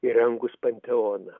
įrengus panteoną